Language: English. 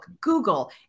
Google